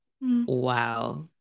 wow